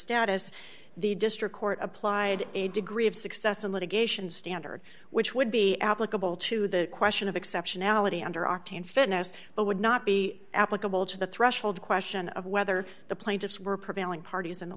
status the district court applied a degree of success and litigation standard which would be applicable to the question of exceptionality under octane finesse but would not be applicable to the threshold question of whether the plaintiffs were prevailing parties in the